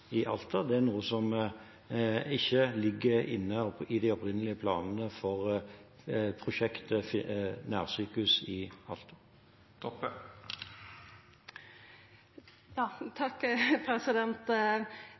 i Alta. Det er noe som ikke ligger inne i de opprinnelige planene for prosjektet til Alta nærsykehus. Det blir argumentert med at viss ein etablerer f.eks. ei fødeavdeling eller ein akuttberedskap i